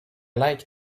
like